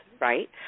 right